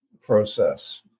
process